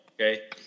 Okay